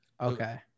Okay